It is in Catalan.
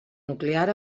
nuclear